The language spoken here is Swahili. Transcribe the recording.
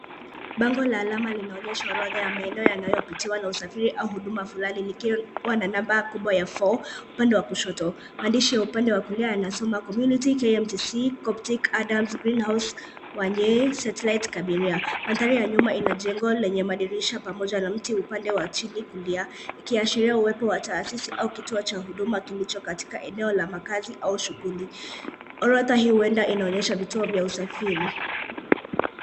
Bango la alama linaonesha orodha ya maeneo yanayopitiwa na usafiri au huduma fulani nikiru wana namba kubwa ya four upande wa kushoto maandishi ya upande wa kulia yanasoma Community, KMTC, Coptic, Adams, Green House, Wanyeee, Satelite, Kabiria. Mandhari ya nyuma ina jengo lenye madirisha pamoja na mti upande wa chini kulia ikiashiria uwepo wa tasisi au kituo cha huduma kilicho katika eneo la makazi au shughuli. Orodha hii huenda inaonyesha vituo vya usafiri.